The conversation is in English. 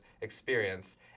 experience